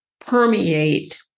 permeate